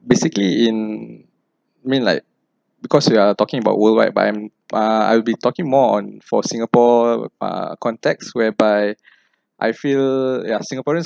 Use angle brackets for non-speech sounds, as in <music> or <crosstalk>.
basically in mean like because we are talking about worldwide but I'm uh I will be talking more on for singapore uh context whereby <breath> I feel yeah singaporean